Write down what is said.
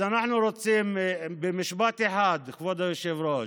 אז אנחנו רוצים, במשפט אחד, כבוד היושב-ראש,